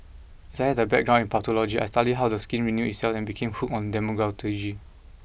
as I had a background in pathology I studied how the skin renews itself and became hooked on dermatology